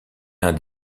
l’un